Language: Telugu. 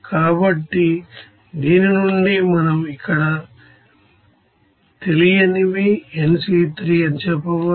కాబట్టి దీని నుండి మనం ఇక్కడ తెలియనివిnC3అని చెప్పవచ్చు